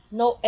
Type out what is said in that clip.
no